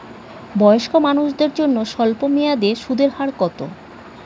বয়স্ক মানুষদের জন্য স্বল্প মেয়াদে সুদের হার কত?